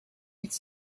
its